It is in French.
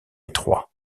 étroit